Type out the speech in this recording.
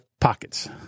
pockets